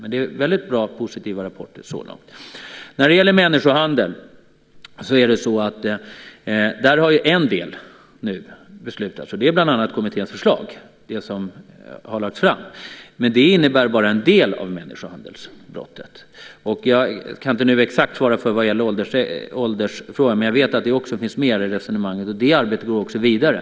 Men det har kommit väldigt positiva rapporter så här långt. När det gäller människohandeln har en del beslut fattats. Det är bland annat de förslag som kommittén har lagt fram. Men det handlar bara om en del av människohandelsbrottet. Jag kan inte ge något exakt svar när det gäller åldersfrågan, men jag vet att det också finns med i resonemanget. Det arbetet går också vidare.